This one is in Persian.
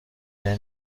gen